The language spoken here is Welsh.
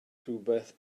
rhywbeth